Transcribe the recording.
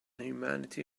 humanity